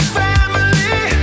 family